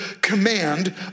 command